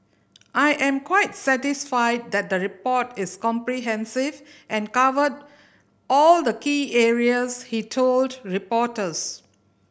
I am quite satisfied that the report is comprehensive and covered all the key areas he told reporters